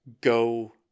go